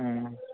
हूँ